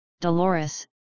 Dolores